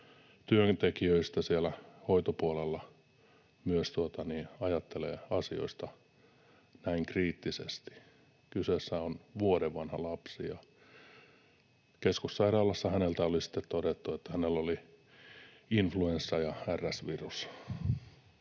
työntekijöistä siellä hoitopuolella myös ajattelee asioista näin kriittisesti. Kyseessä on vuoden vanha lapsi, ja keskussairaalassa oli sitten todettu, että hänellä oli influenssa ja RS-virus.